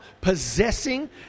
possessing